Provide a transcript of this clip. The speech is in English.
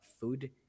food